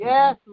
Yes